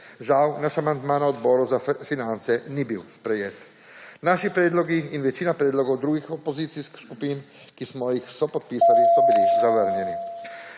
Žal naš amandma na Odboru za finance ni bil sprejet. Naši predlogi in večina predlogov drugih opozicijskih skupin, ki smo jih sopodpisali, so / znak